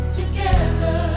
together